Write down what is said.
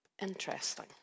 interesting